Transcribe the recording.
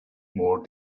more